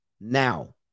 Now